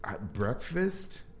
breakfast